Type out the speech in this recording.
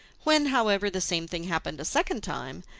when, however, the same thing happened a second time,